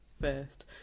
first